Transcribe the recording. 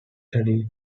study